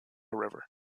river